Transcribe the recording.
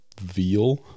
veal